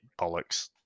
bollocks